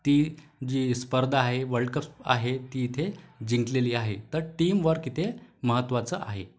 ती जी स्पर्धा आहे वर्ल्डकप आहे ती इथे जिंकलेली आहे तर टीमवर्क इथे महत्त्वाचं आहे